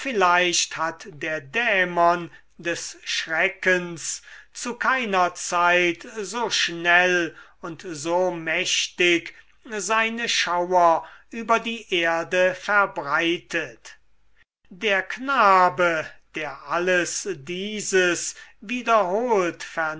vielleicht hat der dämon des schreckens zu keiner zeit so schnell und so mächtig seine schauer über die erde verbreitet der knabe der alles dieses wiederholt